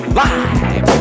live